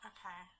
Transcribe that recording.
Okay